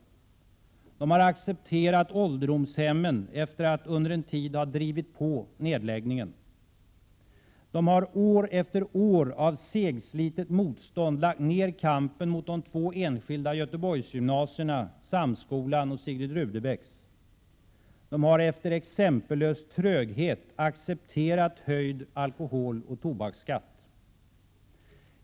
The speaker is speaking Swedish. Man har accepterat ålderdomshemmen efter att under en tid ha drivit på nedläggningen. Man har efter år av segslitet motstånd lagt ner kampen mot de två enskilda Göteborgsgymnasierna, Göteborgs högre samskola och Sigrid Rudebecks gymnasium. Man har efter exempellös tröghet accepterat höjd alkoholoch tobaksskatt.